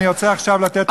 אני רוצה עכשיו לתת.